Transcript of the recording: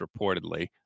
reportedly